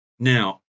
Now